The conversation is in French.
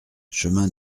chemin